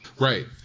Right